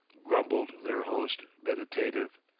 grumbled their host, meditative.